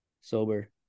sober